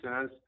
says